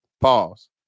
Pause